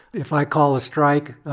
if i call a strike,